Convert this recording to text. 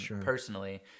personally